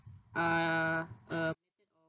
uh um